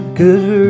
good